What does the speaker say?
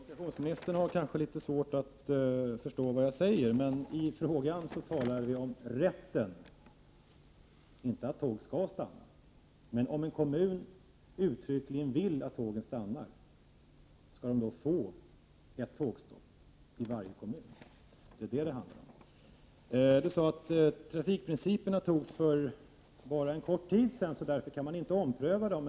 Herr talman! Kommunikationsministern har kanske litet svårt att förstå vad jag säger. Men i frågan talas det om att ge kommuner rätt till ett antäl tågstopp, inte att tågen skall stanna. Men om en kommun uttryckligen vill att tågen skall stanna, skall den då få ett tågstopp? Det är detta det handlar om. Kommunikationsministern sade att riksdagen fattade beslut om principerna för trafikpolitiken för en kort tid sedan och att man därför inte kan ompröva det.